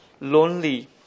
lonely